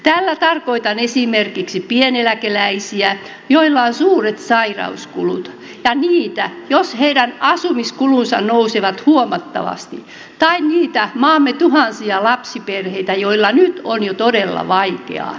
tällä tarkoitan esimerkiksi pieneläkeläisiä joilla on suuret sairauskulut ja niitä joiden asumiskulut nousevat huomattavasti tai niitä maamme tuhansia lapsiperheitä joilla nyt on jo todella vaikeaa